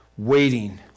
Waiting